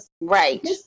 right